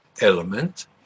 element